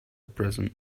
present